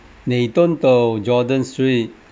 nei deon do jordan street